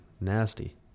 nasty